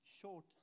short